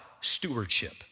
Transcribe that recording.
stewardship